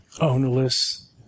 Ownerless